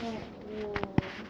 like !whoa!